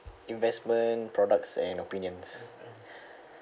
investment products and opinions